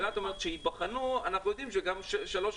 כשאומרים "ייבחנו" אנחנו יודעים שאפשר